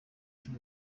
cy’u